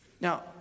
Now